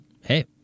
hey